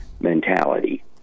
mentality